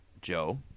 Joe